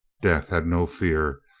death had no fear.